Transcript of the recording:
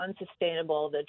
unsustainable